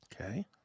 Okay